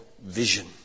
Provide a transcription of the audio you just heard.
vision